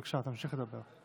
בבקשה, תמשיך לדבר.